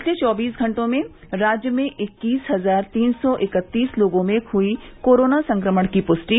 पिछले चौबीस घंटे में राज्य में इक्कीस हजार तीन सौ इकतीस लोगों में हुयी कोरोना संक्रमण की पुष्टि